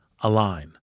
align